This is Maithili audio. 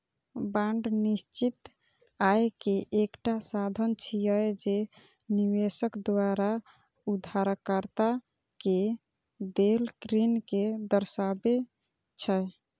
बांड निश्चित आय के एकटा साधन छियै, जे निवेशक द्वारा उधारकर्ता कें देल ऋण कें दर्शाबै छै